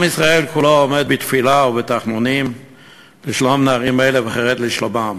עם ישראל כולו עומד בתפילה ובתחנונים לשלום הנערים האלה וחרד לשלומם.